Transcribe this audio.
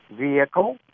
vehicle